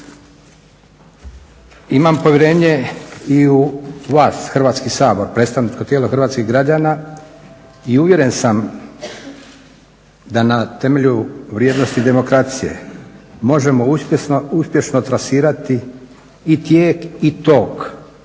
Imam povjerenje i u vas Hrvatski sabor predstavničko tijelo hrvatskih građana i uvjeren sam da na temelju vrijednosti demokracije možemo uspješno trasirati i tijek i tok